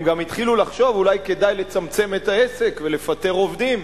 הם גם התחילו לחשוב אולי כדאי לצמצם את העסק ולפטר עובדים.